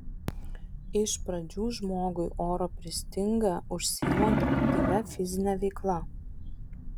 iš pradžių žmogui oro pristinga užsiimant aktyvia fizine veikla